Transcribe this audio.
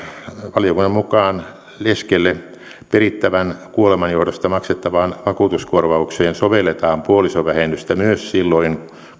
valiokunnan mukaan perittävän kuoleman johdosta leskelle maksettavaan vakuutuskorvaukseen sovelletaan puolisovähennystä myös silloin